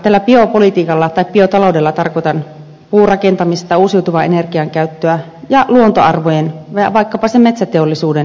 tällä biotaloudella tarkoitan puurakentamista uusiutuvan energian käyttöä sekä luontoarvojen ja vaikkapa sen metsäteollisuuden rinnakkaiseloa